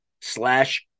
slash